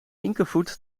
linkervoet